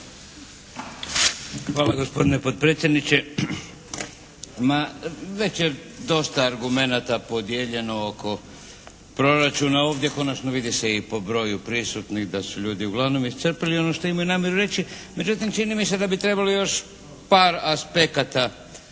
Hvala gospodine potpredsjedniče. Ma već je dosta argumenata podijeljeno oko proračuna ovdje, konačno vidi se i po broju prisutnih da su ljudi uglavnom iscrpili ono što imaju namjeru reći. Međutim čini mi se da bi trebali još par aspekata